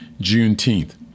Juneteenth